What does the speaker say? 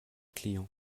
clients